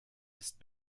ist